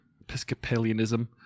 Episcopalianism